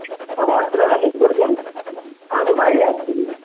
হ্যাঁ হোয়াটসঅ্যাপে মেসেজ করবেন আমি একটু বাইরে আছি